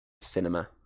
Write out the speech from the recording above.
Cinema